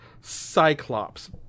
Cyclops